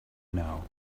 now